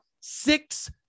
six